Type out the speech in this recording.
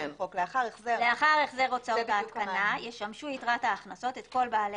לאחר החזר הוצאות ההתקנה ישמשו יתרת ההכנסות את כל בעלי